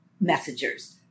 messengers